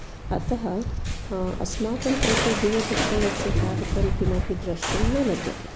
अतः अस्माकं कृते दूरदर्शनकार्यक्रम किमपि द्रष्टुं न लभ्यते